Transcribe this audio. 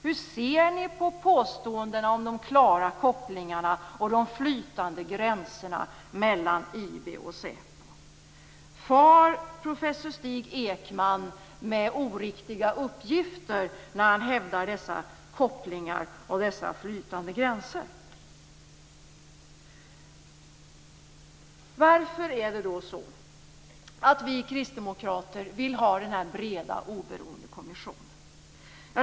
Hur ser ni på påståendena om de klara kopplingarna och de flytande gränserna mellan IB och SÄPO? Far professor Stig Ekman med oriktiga uppgifter när han hävdar dessa kopplingar och dessa flytande gränser? Varför vill vi kristdemokrater ha denna breda och oberoende kommission?